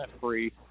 free